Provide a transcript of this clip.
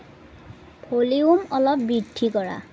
volume অলপ বৃদ্ধি কৰা